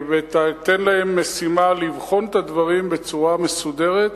ותיתן להם משימה לבחון את הדברים בצורה מסודרת